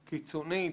קיצונית,